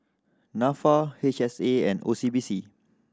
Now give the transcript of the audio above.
Nafa H S A and O C B C